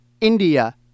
India